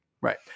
Right